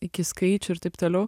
iki skaičių ir taip toliau